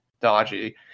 dodgy